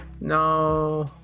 no